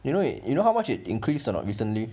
you know you know how much it increased or not recently